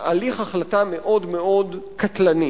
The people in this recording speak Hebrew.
החלטה מאוד מאוד קטלני,